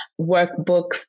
workbooks